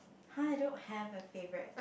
[huh] I don't have a favourite